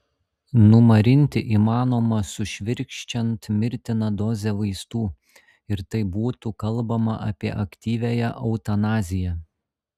numarinti įmanoma sušvirkščiant mirtiną dozę vaistų ir tai būtų kalbama apie aktyviąją eutanaziją